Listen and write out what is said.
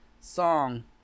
song